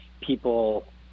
people